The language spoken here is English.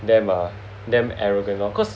damn uh damn arrogant lor cause